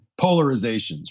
polarizations